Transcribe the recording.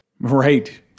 Right